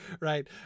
right